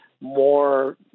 more